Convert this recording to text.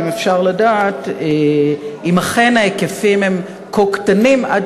אם אפשר לדעת אם אכן ההיקפים הם כה קטנים עד